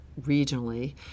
regionally